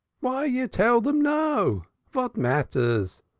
why you tell dem, no? vat mattairs?